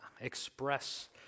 express